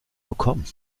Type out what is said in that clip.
bekommen